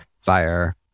fire